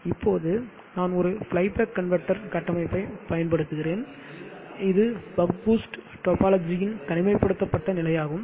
இப்போது நான் ஒரு ஃப்ளை பேக் கன்வெர்ட்டர் கட்டமைப்பை பயன்படுத்துகிறேன் இது பக் பூஸ்ட் டோபாலஜியின் தனிமைப்படுத்தப்பட்ட நிலையாகும்